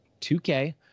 2K